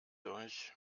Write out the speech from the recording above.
euch